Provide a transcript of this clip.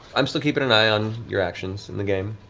i'm still keeping an eye on your actions in the game.